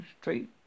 straight